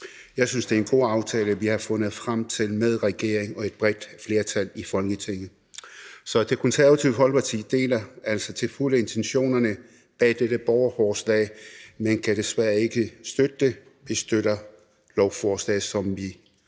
Jeg synes, det er en god aftale, vi er nået frem til med regeringen og et bredt flertal i Folketinget. Det Konservative Folkeparti deler altså til fulde intentionerne bag dette borgerforslag, men kan desværre ikke støtte det. Vi støtter det lovforslag, som vi skal